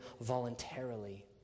voluntarily